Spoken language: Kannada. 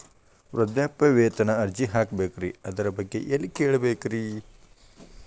ವೃದ್ಧಾಪ್ಯವೇತನ ಅರ್ಜಿ ಹಾಕಬೇಕ್ರಿ ಅದರ ಬಗ್ಗೆ ಎಲ್ಲಿ ಕೇಳಬೇಕ್ರಿ?